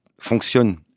fonctionne